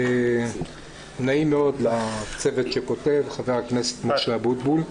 נעים מאוד לצוות שכותב, חבר הכנסת משה אבוטבול.